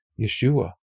Yeshua